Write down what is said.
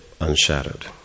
unshadowed